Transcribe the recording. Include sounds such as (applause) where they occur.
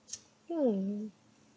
(noise) hmm